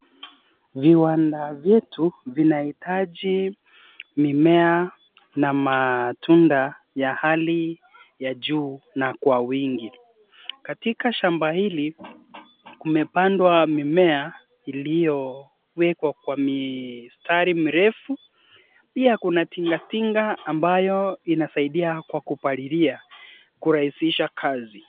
Viwanda vyetu vinahitaji mimea na matunda ya hali ya juu na kwa wingi. Katika shamba hili, kumepandwa mimea iliyowekwa kwa mistari mrefu, pia kuna tingatinga ambayo inasaidia kwa kupalilia kurahisisha kazi.